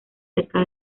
cerca